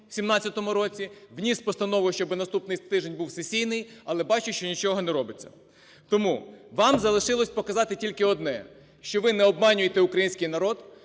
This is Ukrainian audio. в 17-му році, вніс постанову, щоби наступний тиждень був сесійний, але бачу, що нічого не робиться. Тому вам залишилося показати тільки одне, що ви не обманюєте український народ,